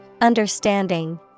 Understanding